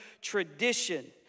tradition